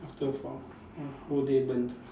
after four !wah! whole day burnt